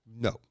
No